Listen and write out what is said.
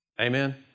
Amen